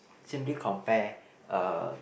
simply compare uh